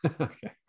Okay